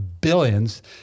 billions